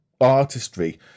artistry